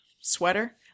sweater